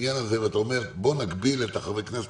ואתה אומר: בואו נגביל את חברי הכנסת